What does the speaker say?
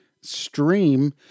stream